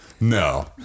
No